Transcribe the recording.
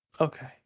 Okay